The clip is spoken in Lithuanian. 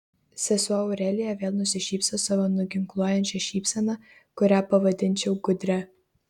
sesuo aurelija vėl nusišypso savo nuginkluojančia šypsena kurią pavadinčiau gudria